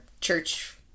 church